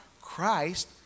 Christ